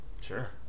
Sure